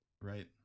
Right